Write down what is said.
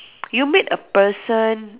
you meet a person